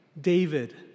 David